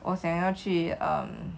我想要去 um